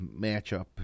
matchup